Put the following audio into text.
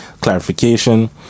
clarification